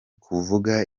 kuvuga